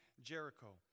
Jericho